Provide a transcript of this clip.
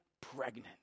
pregnant